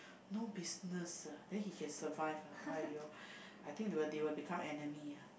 no business ah then he can survive ah !aiyo! I think they will become enemy ah